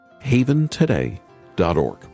HavenToday.org